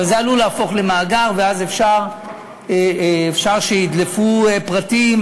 אבל זה עלול להפוך למאגר, ואז אפשר שידלפו פרטים